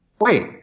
wait